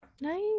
Nice